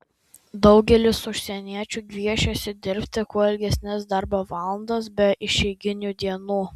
daugelis užsieniečių gviešiasi dirbti kuo ilgesnes darbo valandas be išeiginių dienų